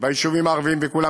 והיישובים הערביים וכולם,